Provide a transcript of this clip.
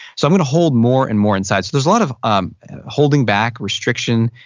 so i'm gonna hold more and more inside. so there's a lot of um holding back, restriction,